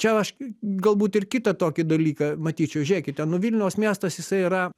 čia aš galbūt ir kitą tokį dalyką matyčiau žiūrėkite nu vilniaus miestas jisai yra